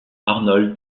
arnold